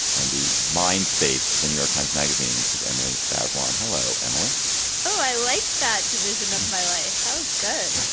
and the mindspace of the new york times magazine is emily bazelon. hello, emily oh, i like that division of my life. that was good.